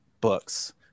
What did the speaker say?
books